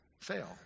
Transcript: fail